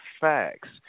facts